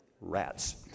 Rats